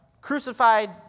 crucified